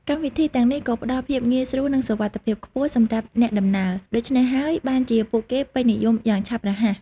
កម្មវិធីទាំងនេះក៏ផ្ដល់ភាពងាយស្រួល និងសុវត្ថិភាពខ្ពស់សម្រាប់អ្នកដំណើរ ដូច្នេះហើយបានជាពួកគេពេញនិយមយ៉ាងឆាប់រហ័ស។